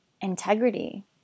integrity